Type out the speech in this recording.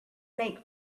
make